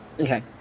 Okay